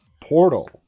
portal